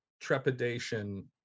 trepidation